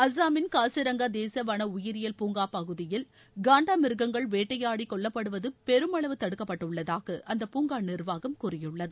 அசாமின் காசிரங்கா தேசிய வன உயிரியல் பூங்கா பகுதியில் காண்டா மிருகங்கள் வேட்டையாடி கொல்லப்படுவது பெருமளவு தடுக்கப்பட்டுள்ளதாக அந்த பூங்கா நிர்வாகம் கூறியுள்ளது